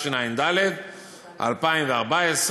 התשע"ד 2014,